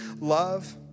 love